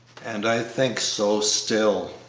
and i think so still.